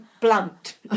blunt